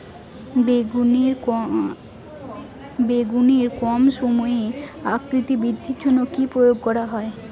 বেগুনের কম সময়ে আকৃতি বৃদ্ধির জন্য কি প্রয়োগ করব?